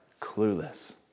clueless